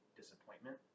disappointment